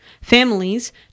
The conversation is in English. families